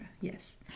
Yes